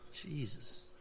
Jesus